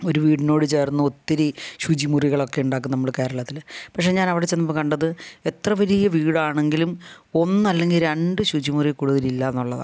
ഒരു വീടിനോട് ചേർന്ന് ഒത്തിരി ശുചിമുറികളൊക്കെ ഉണ്ടാക്കും നമ്മൾ കേരളത്തിൽ പക്ഷേ ഞാൻ അവിടെ ചെന്നപ്പോൾ കണ്ടത് എത്ര വലിയ വീടാണെങ്കിലും ഒന്ന് അല്ലെങ്കിൽ രണ്ട് ശുചി മുറിയിൽ കൂടുതൽ ഇല്ല എന്നുള്ളതാണ്